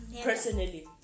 personally